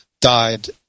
died